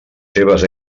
seves